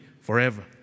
forever